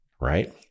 right